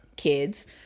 kids